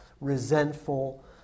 resentful